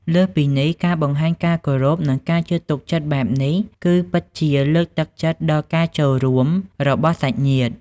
លើសពីនេះ ការបង្ហាញការគោរព និងការជឿទុកចិត្តបែបនេះ គឺពិតជា លើកទឹកចិត្តដល់ការចូលរួម របស់សាច់ញាតិ។